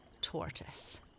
tortoise